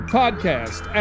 podcast